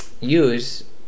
use